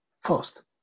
first